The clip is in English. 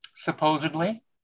supposedly